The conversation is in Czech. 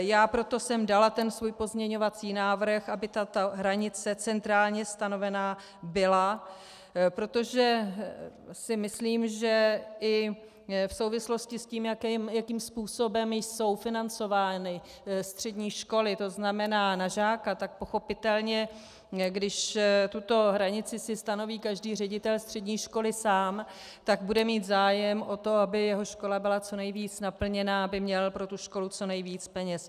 Já jsem proto dala ten svůj pozměňovací návrh, aby tato hranice centrálně stanovena byla, protože si myslím, že i v souvislosti s tím, jakým způsobem jsou financovány střední školy, to znamená na žáka, tak pochopitelně když si tuto hranici stanoví každý ředitel střední školy sám, bude mít zájem o to, aby jeho škola byla co nejvíc naplněná, aby měl pro tu školu co nejvíc peněz.